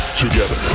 together